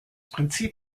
prinzip